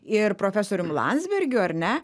ir profesorium lansbergiu ar ne